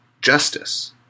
justice